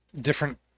different